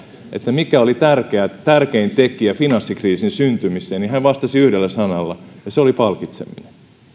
mikä oli tärkein tekijä finanssikriisin syntymiseen niin hän vastasi yhdellä sanalla ja se oli palkitseminen